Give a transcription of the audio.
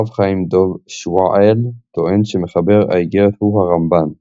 הרב חיים דוב שעוועל טוען שמחבר האיגרת הוא הרמב"ן.